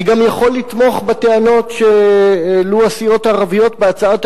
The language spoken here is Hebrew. אני גם יכול לתמוך בטענות שהעלו הסיעות הערביות בהצעת